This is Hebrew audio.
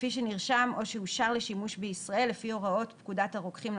כפי שנרשם או שאושר לשימוש בישראל לפי הוראות פקודת הרוקחים ,